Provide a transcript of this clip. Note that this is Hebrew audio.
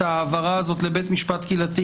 ההעברה הזאת לבית משפט קהילתי,